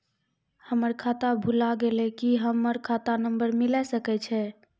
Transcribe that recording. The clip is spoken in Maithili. हमर खाता भुला गेलै, की हमर खाता नंबर मिले सकय छै?